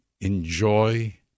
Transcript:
enjoy